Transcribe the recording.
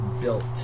Built